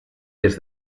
des